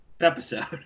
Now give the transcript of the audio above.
episode